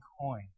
coin